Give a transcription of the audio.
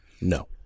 No